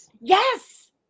Yes